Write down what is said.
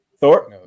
Thor